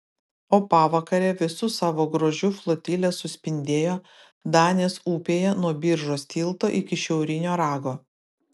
o pavakare visu savo grožiu flotilė suspindėjo danės upėje nuo biržos tilto iki šiaurinio rago